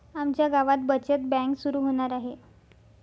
आमच्या गावात बचत बँक सुरू होणार आहे